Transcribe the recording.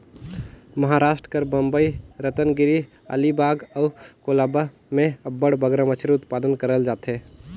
महारास्ट कर बंबई, रतनगिरी, अलीबाग अउ कोलाबा में अब्बड़ बगरा मछरी उत्पादन करल जाथे